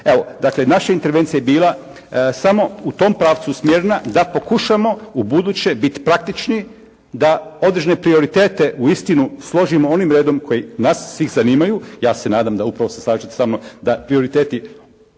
Evo, dakle naša intervencija je bila samo u tom pravcu usmjerena da pokušamo ubuduće biti praktični da određene prioritete uistinu složimo onim redom koji nas svih zanimaju. Ja se nadam da upravo se slažete sa mnom da prioriteti,